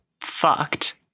fucked